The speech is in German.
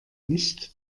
nicht